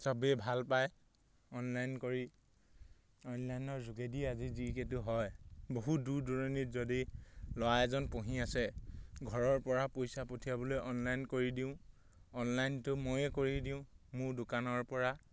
চবেই ভাল পায় অনলাইন কৰি অনলাইনৰ যোগেদি আজি যিহেতু হয় বহু দূৰ দূৰণিত যদি ল'ৰা এজন পঢ়ি আছে ঘৰৰপৰা পইচা পঠিয়াবলৈ অনলাইন কৰি দিওঁ অনলাইনটো ময়ে কৰি দিওঁ মোৰ দোকানৰপৰা